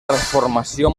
transformació